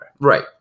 Right